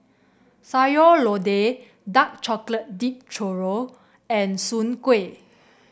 Sayur Lodeh Dark Chocolate Dip Churro and Soon Kuih